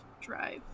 drive